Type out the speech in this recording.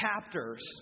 chapters